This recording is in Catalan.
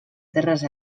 terres